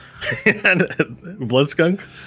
Bloodskunk